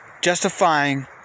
justifying